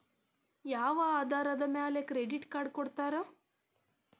ಯಾವ ಆಧಾರದ ಮ್ಯಾಲೆ ಕ್ರೆಡಿಟ್ ಕಾರ್ಡ್ ಕೊಡ್ತಾರ?